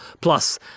plus